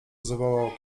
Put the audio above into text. zawołał